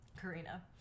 Karina